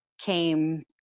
came